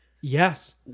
Yes